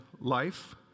life